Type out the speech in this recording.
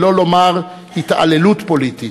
שלא לומר התעללות פוליטית.